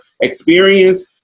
experience